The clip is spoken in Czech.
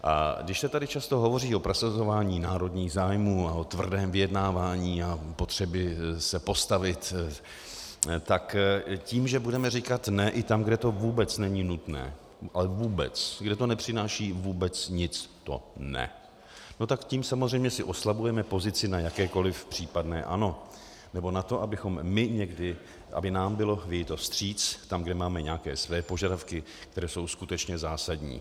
A když se tady často hovoří o prosazování národních zájmů a o tvrdém vyjednávání a potřebě se postavit, tak tím, že budeme říkat ne i tam, kde to vůbec není nutné, ale vůbec, kde to nepřináší vůbec nic, to ne, tak tím samozřejmě si oslabujeme pozici na jakékoliv případné ano, nebo na to, abychom my někdy, aby nám bylo vyjito vstříc tam, kde máme nějaké své požadavky, které jsou skutečně zásadní.